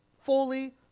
fully